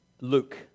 Luke